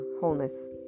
wholeness